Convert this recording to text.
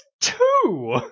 two